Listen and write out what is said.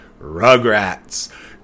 rugrats